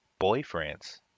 Boyfriends